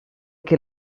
che